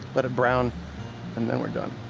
but brown and then we're done.